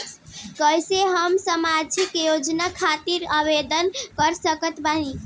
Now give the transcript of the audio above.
कैसे हम सामाजिक योजना खातिर आवेदन कर सकत बानी?